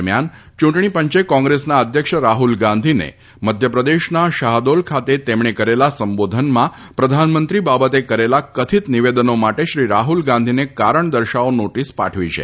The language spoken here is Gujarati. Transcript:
દરમિયાન ચૂંટણી પંચે કોંગ્રેસના અધ્યક્ષ રાહુલ ગાંધીને મધ્યપ્રદેશના શાહદોલ ખાતે તેમણે કરેલા સંબોધનમાં પ્રધાનમંત્રી બાબતે કરેલા કથીત નિવેદનો માટે શ્રી રાહુલ ગાંધીને કારણ દર્શાવો નોટીસ પાઠવી છે